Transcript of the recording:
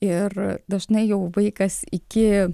ir dažnai jau vaikas iki